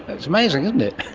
it's amazing isn't it.